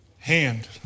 Hand